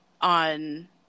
on